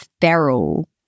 feral